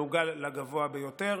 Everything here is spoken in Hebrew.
מעוגל לגבוה ביותר.